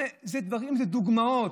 אלו דוגמאות.